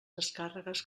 descàrregues